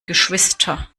geschwister